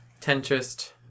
Tentrist